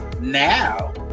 now